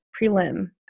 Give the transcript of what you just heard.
prelim